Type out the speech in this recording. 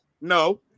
No